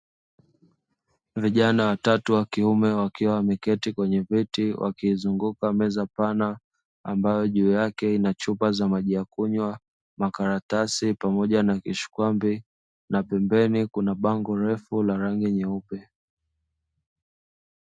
Vijana watatu wakiume wakiwa wameketi kwenye viti wakizunguka meza pana ambayo juu yake ina chupa za maji ya kunywa, makaratasi pamoja na kishkwambi na pembeni kuna bango refu la rangi nyeupe